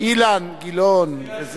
אילן גילאון.